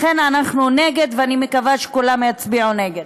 לכן אנחנו נגד, ואני מקווה שכולם יצביעו נגד.